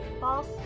False